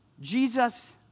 Jesus